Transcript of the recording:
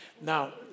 Now